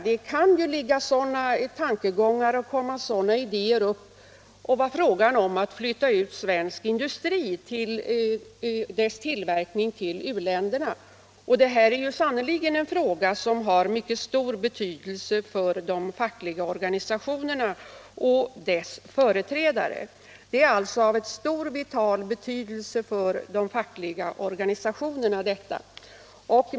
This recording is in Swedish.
Det kan ju också komma tankar och idéer om att flytta ut svensk industris tillverkning till utvecklingsländerna. Detta är sannerligen en fråga som har stor och vital betydelse för de fackliga organisationerna och deras företrädare.